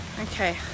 okay